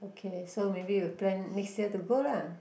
okay so maybe we plan next year to go lah